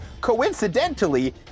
coincidentally